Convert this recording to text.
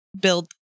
build